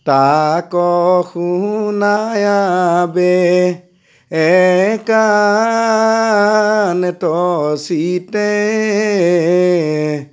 তাক শুনায়াবে একান্তচিত্তে